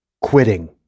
Quitting